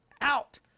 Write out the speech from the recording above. out